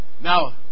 now